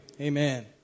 Amen